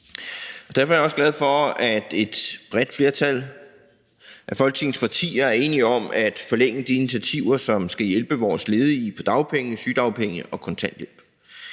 Derfor er jeg også glad for, at et bredt flertal af Folketingets partier er enige om at forlænge de initiativer, som skal hjælpe vores ledige på dagpenge, sygedagpenge og kontanthjælp.